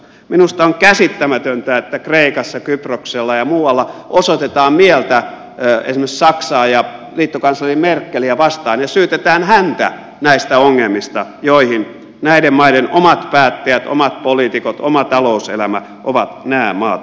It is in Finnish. minusta on käsittämätöntä että kreikassa kyproksella ja muualla osoitetaan mieltä esimerkiksi saksaa ja liittokansleri merkeliä vastaan ja syytetään häntä näistä ongelmista joihin näiden maiden omat päättäjät omat poliitikot oma talouselämä ovat nämä maat ajaneet